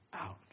out